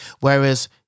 Whereas